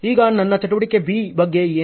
ಈಗ ನನ್ನ ಚಟುವಟಿಕೆ B ಬಗ್ಗೆ ಏನು